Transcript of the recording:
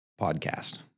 podcast